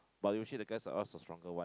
but usually the guys will ask for stronger one